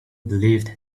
believed